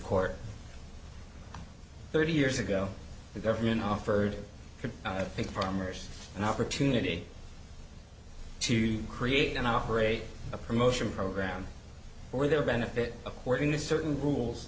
court thirty years ago the government offered i think farmers an opportunity to create an operate a promotion program for their benefit according to certain rules